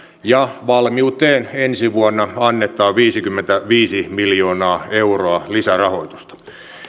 ja valmiuteen ensi vuonna annetaan viisikymmentäviisi miljoonaa euroa lisärahoitusta